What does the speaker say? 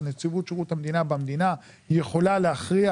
אז נציבות שירות המדינה במדינה יכולה להכריע